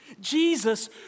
Jesus